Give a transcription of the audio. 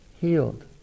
healed